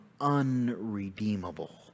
unredeemable